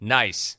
nice